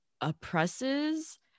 oppresses